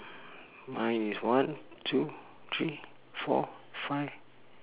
mine is one two three four five